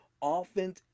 often